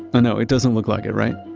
i know it doesn't look like it. right?